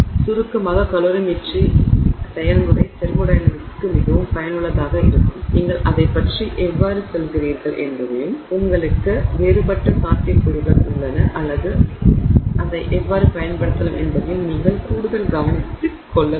எனவே சுருக்கமாக கலோரிமெட்ரி செயல்முறை தெர்மோடையனமிக்ஸ்க்கு மிகவும் பயனுள்ளதாக இருக்கும் நீங்கள் அதைப் பற்றி எவ்வாறு செல்கிறீர்கள் என்பதையும் உங்களுக்கு வேறுபட்ட சாத்தியக்கூறுகள் உள்ளன அல்லது அதை எவ்வாறு பயன்படுத்தலாம் என்பதையும் நீங்கள் கூடுதல் கவனித்துக் கொள்ள வேண்டும்